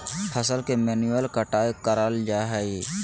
फसल के मैन्युअल कटाय कराल जा हइ